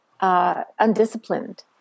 undisciplined